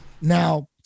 Now